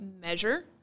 measure